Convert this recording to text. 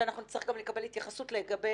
שאנחנו נצטרך גם לקבל התייחסות לגבי